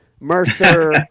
Mercer